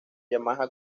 yamaha